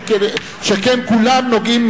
שכן כולם נוגעים,